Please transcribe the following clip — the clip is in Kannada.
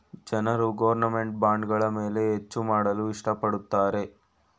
ಜನರು ಗೌರ್ನಮೆಂಟ್ ಬಾಂಡ್ಗಳ ಮೇಲೆ ಹೆಚ್ಚು ಮಾಡಲು ಇಷ್ಟ ಪಡುತ್ತಾರೆ